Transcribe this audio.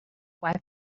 wife